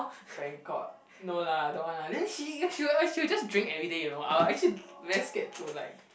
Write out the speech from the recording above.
bangkok no lah don't want lah then she she will she will just drink everyday you know I will I actually very scared to like